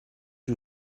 you